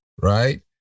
right